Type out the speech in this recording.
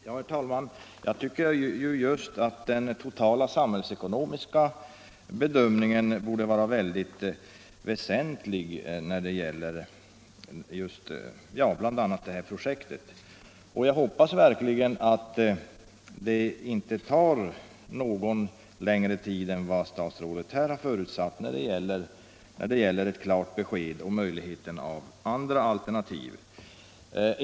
Herr talman! Jag tycker att just den totala samhällsekonomiska bedömningen borde vara mycket väsentlig när det gäller bl.a. det här projektet. Jag hoppas verkligen att det inte tar längre tid än vad statsrådet här har förutsatt att få ett klart besked om möjligheten av andra alternativ.